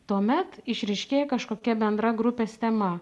tuomet išryškėja kažkokia bendra grupės tema